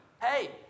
hey